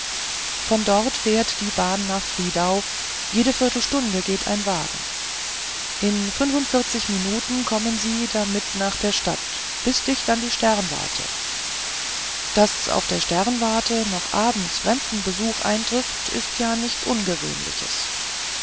von dort fährt die bahn nach friedau jede viertelstunde geht ein wagen in fünfundvierzig minuten kommen sie damit nach der stadt bis dicht an die sternwarte daß auf der sternwarte noch abends fremdenbesuch eintrifft ist ja nichts ungewöhnliches